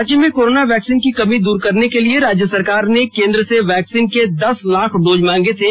राज्य में corona vaccine की कमी दूर करने के लिए राज्य सरकार ने केंद्र से वैक्सीन के दस लाख डोज मांगे थे